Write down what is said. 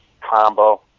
combo